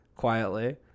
Quietly